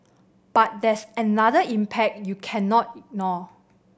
but there's another impact you cannot ignore